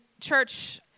church